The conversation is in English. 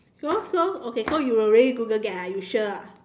so so okay so you will really Google that ah you sure ah